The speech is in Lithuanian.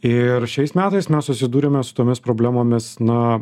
ir šiais metais mes susidūrėme su tomis problemomis na